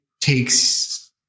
takes